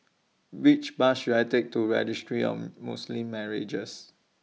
Which Bus should I Take to Registry of Muslim Marriages